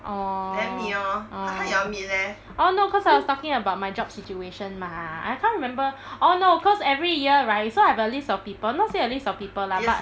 orh orh orh no cause I was talking about my job situation mah I can't remember or no cause every year right so I have a list of people not say a list of people lah but